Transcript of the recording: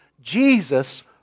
Jesus